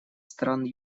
стран